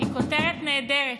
היא כותרת נהדרת.